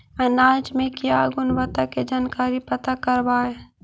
अनाज मे क्या गुणवत्ता के जानकारी पता करबाय?